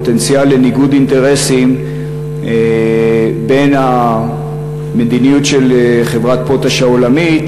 פוטנציאל לניגוד אינטרסים בין המדיניות של חברת "פוטאש" העולמית